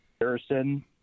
Harrison